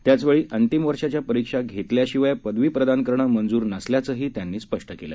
त्याचवेळी अंतिम वर्षाच्या परीक्षा घेतल्याशिवाय पदवी प्रदान करणं मंजूर नसल्याचंही त्यांनी स्पष्ट केलं